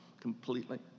completely